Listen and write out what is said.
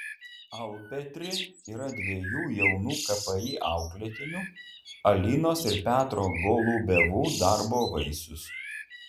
alpetri yra dviejų jaunų kpi auklėtinių alinos ir petro golubevų darbo vaisius